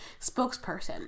spokesperson